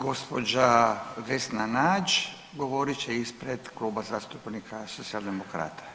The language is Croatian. Gospođa Vesna Nađ govorit će ispred Kluba zastupnika Socijaldemokrata.